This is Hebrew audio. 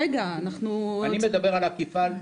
אני מדבר על אכיפה,